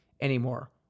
anymore